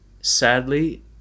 Sadly